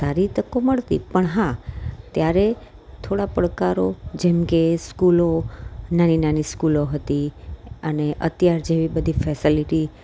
સારી તકો મળતી પણ હા ત્યારે થોડા પડકારો જેમકે સ્કૂલો નાની નાની સ્કૂલો હતી અને અત્યાર જેવી બધી ફેસેલિટીઝ